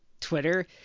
Twitter